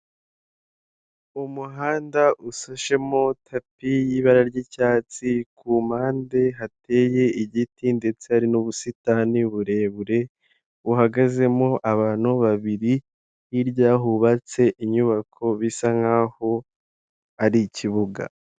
Umuhanda usashemo tapi y'ibara ryicyatsi ku mande hateye igiti ndetse n'ubusitani burebure buhagazemo abantu babiri hirya hubatse inyubako bisa nkaho ari ikibuga.